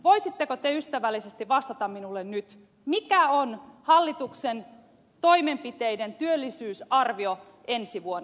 voisitteko te ystävällisesti vastata minulle nyt mikä on hallituksen toimenpiteiden työllisyysarvio ensi vuonna